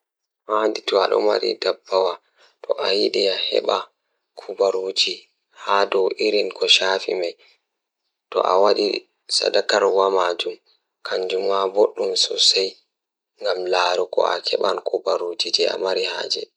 Kono woni ko teddungal. Ko yowita sabu, animal ɗiɗi waawi jaɓɓude laamɗe e nguurndam ngal. Kono, ɓe waawi waajude sabu ko no fayde e jengɗe ngal, ko fiyaangu ngal jooɗi teddungal.